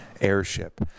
airship